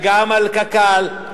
קק"ל.